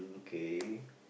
okay